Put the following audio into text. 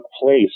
place